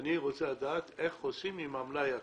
אני רוצה לדעת מה עושים עם המלאי הקיים.